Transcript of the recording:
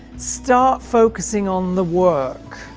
start focusing on the work.